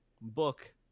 book